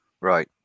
Right